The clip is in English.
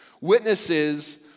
Witnesses